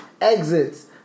exits